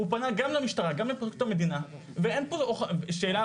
הוא פנה גם למשטרה וגם לפרקליטות המדינה ואין פה שאלה,